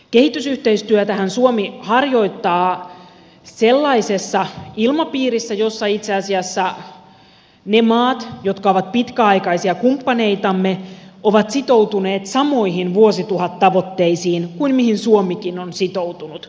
kehitysyhteistyötähän suomi harjoittaa sellaisessa ilmapiirissä jossa itse asiassa ne maat jotka ovat pitkäaikaisia kumppaneitamme ovat sitoutuneet samoihin vuosituhattavoitteisiin kuin mihin suomikin on sitoutunut